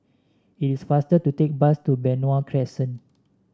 it is faster to take bus to Benoi Crescent